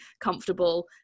comfortable